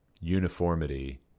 uniformity